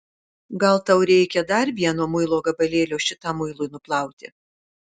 gal tau reikia dar vieno muilo gabalėlio šitam muilui nuplauti